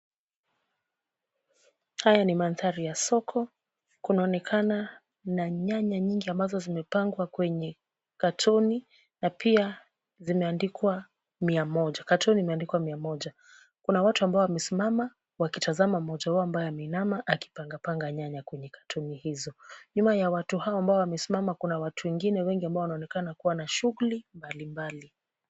Haya ni mandhari ya soko, kunaonekana na nyanya nyingi ambazo zimepangwa kwenye katoni na pia zimeandikwa mia moja, katoni imeandikwa mia moja. Kuna watu ambao wamesimama wakitazama mmoja wao ambaye ameinama akipanga panga nyanya kwenye katoni hizo. Nyuma ya watu hao ambao wamesimama kuna watu wengine wengi ambao wanaonekana kuwa na shughuli mbalimbali.